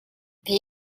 the